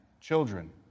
Children